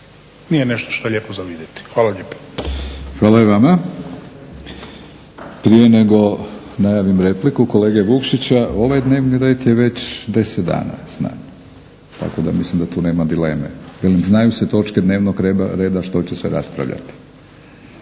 nije nešto što je lijepo za vidjeti. Hvala lijepa. **Batinić, Milorad (HNS)** Hvala i vama. Prije nego najavim repliku kolege Vukšića, ovaj dnevni red je već deset dana znan, tako da mislim da tu nema dileme, velim znaju se točke dnevnog reda što će se raspravljati.